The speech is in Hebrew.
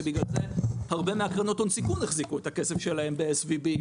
ובגלל זה הרבה מקרנות ההון סיכון החזיקו את הכסף שלהן ב-SVB,